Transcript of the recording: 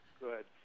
Good